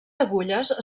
agulles